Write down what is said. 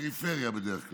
בפריפריה בדרך כלל.